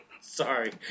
sorry